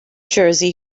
jersey